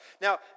Now